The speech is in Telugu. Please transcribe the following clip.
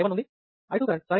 ఇక్కడ కరెంటు I1 ఉంది